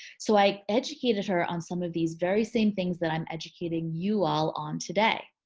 so i educated her on some of these very same things that i'm educating you all on today.